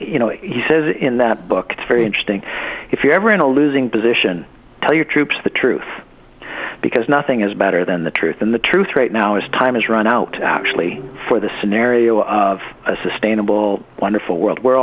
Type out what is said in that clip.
you know he says in that book very interesting if you ever in a losing position tell your troops the truth because nothing is better than the truth and the truth right now is time has run out actually for the scenario of a sustainable wonderful world we're